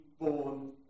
born